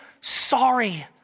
sorry